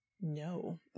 No